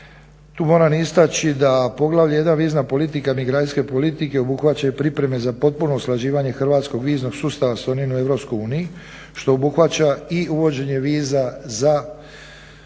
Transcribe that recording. tu moram istaći da poglavlje 1.vizna politika migracijske politike obuhvaćaju pripreme za potpuno usklađivanje hrvatskog viznog sustava s onim u EU što obuhvaća i uvođenje viza za